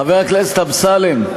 חבר הכנסת אמסלם.